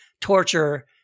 torture